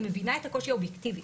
אני מבינה את הקושי האובייקטיבי,